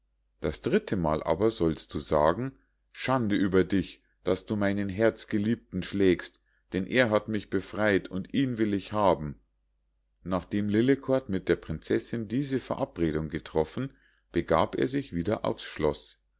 das dritte mal aber sollst du sagen schande über dich daß du meinen herzgeliebten schlägst denn er hat mich befrei't und ihn will ich haben nachdem lillekort mit der prinzessinn diese verabredung getroffen begab er sich wieder aufs schloß